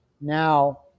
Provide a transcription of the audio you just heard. now